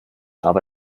aber